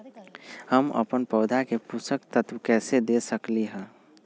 हम अपन पौधा के पोषक तत्व कैसे दे सकली ह?